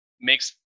makes